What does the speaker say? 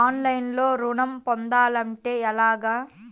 ఆన్లైన్లో ఋణం పొందాలంటే ఎలాగా?